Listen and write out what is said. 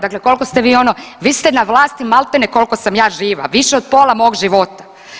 Dakle koliko ste vi ono, vi ste na vlasti maltene koliko sam ja živa, više od pola mog života.